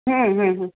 ಹ್ಞೂ ಹ್ಞೂ ಹ್ಞೂ